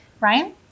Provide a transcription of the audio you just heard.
Ryan